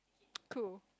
cool